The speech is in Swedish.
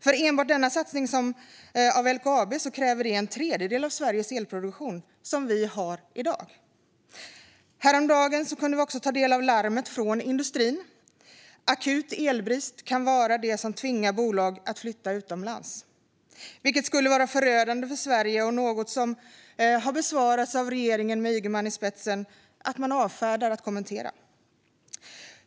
För enbart denna satsning av LKAB krävs en tredjedel av den elproduktion Sverige har i dag. Häromdagen kunde vi ta del av larmet ifrån industrin att akut elbrist kan vara det som tvingar bolag att flytta utomlands, vilket skulle vara förödande för Sverige. Detta är något som regeringen med Ygeman i spetsen avfärdar och inte vill kommentera.